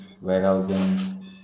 warehousing